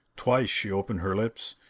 twice she opened her lips,